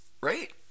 right